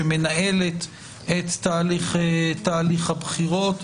שמנהלת את תהליך הבחירות.